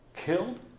killed